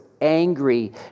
angry